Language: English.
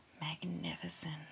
magnificent